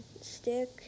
stick